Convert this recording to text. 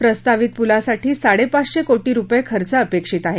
प्रस्तावित पुलासाठी साडे पाचशे कोटी रुपये खर्च अपेक्षित आहे